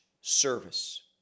service